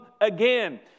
again